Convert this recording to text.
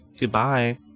goodbye